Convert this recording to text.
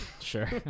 Sure